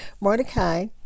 Mordecai